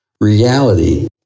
Reality